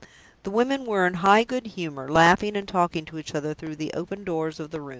the women were in high good-humor, laughing and talking to each other through the open doors of the rooms.